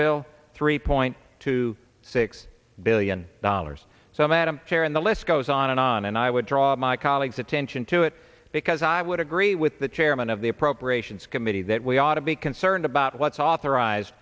bill three point two six billion dollars so madam chair and the list goes on and on and i would draw my colleague's attention to it because i would agree with the chairman of the appropriations committee that we ought to be concerned about what's authorized